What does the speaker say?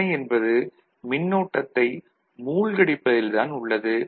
பிரச்சனை என்பது மின்னோட்டத்தை மூழ்கடிப்பதில் தான் உள்ளது